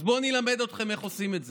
אז בואו אני אלמד אתכם איך עושים את זה.